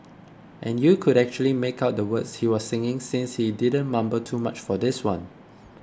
and you could actually make out the words he was singing since he didn't mumble too much for this one